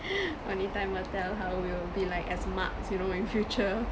only time will tell how we'll be like as marks you know in future